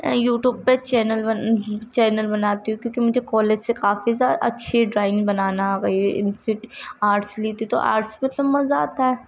you tube پہ channel channel بناتی ہوں کیونکہ مجھے کالج سے کافی ساری اچھی ڈرائنگ بنانا آ گئی ہے آرٹس لی تھی تو آرٹس میں تو مزہ آتا ہے